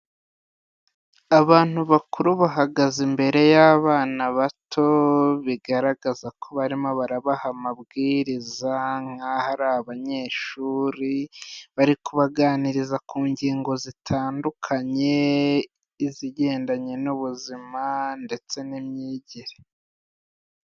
Abantu bakuru bahagaze imbere y'abana bato, bigaragaza ko barimo barabaha amabwiriza, nk'aho ari abanyeshuri, bari kubaganiriza ku ngingo zitandukanye, izigendanye n'ubuzima ndetse n'imyigire.